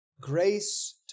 Grace